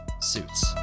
suits